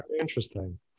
Interesting